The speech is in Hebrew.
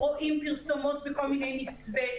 רואים פרסומות במסווה.